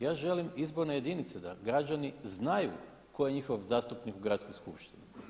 Ja želim izborne jedinice da građani znaju tko je njihov zastupnik u gradskoj skupštini.